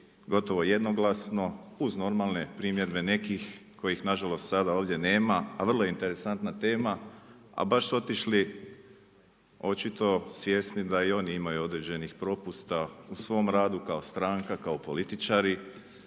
gotovo jednoglasno uz normalne primjedbe koje nažalost sada ovdje nema, a vrlo interesantna tema, a baš su otišli očito svjesni da i oni imaju određenih propusta u svom radu, kao stranka kao političari,